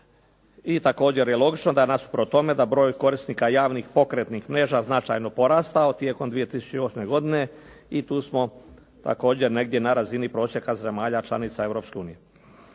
I također je logično da nasuprot tome da broj korisnika javnih pokretnih mreža značajno je porastao tijekom 2008. godine i tu smo također negdje na razini prosjeka zemalja članica